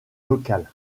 locale